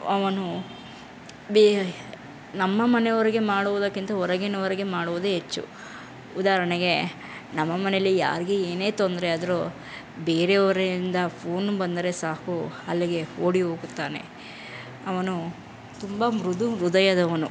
ಅವನು ಬೇರೆ ನಮ್ಮ ಮನೆಯವರಿಗೆ ಮಾಡುವುದಕ್ಕಿಂತ ಹೊರಗಿನವರಿಗೆ ಮಾಡುವುದೇ ಹೆಚ್ಚು ಉದಾಹರಣೆಗೆ ನಮ್ಮ ಮನೆಯಲ್ಲಿ ಯಾರಿಗೆ ಏನೇ ತೊಂದರೆ ಆದರೂ ಬೇರೆಯವರಿಂದ ಫೋನ್ ಬಂದರೆ ಸಾಕು ಅಲ್ಲಿಗೆ ಓಡಿ ಹೋಗುತ್ತಾನೆ ಅವನು ತುಂಬ ಮೃದು ಹೃದಯದವನು